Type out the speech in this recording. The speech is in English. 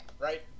right